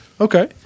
Okay